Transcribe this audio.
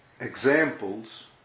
examples